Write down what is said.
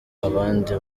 abandi